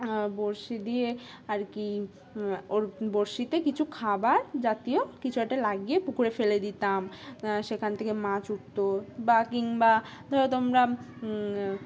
বঁড়শি দিয়ে আর কি ওর বঁড়শিতে কিছু খাবার জাতীয় কিছু একটা লাগিয়ে পুকুরে ফেলে দিতাম সেখান থেকে মাছ উঠতো বা কিংবা ধরো তোমরা